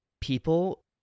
people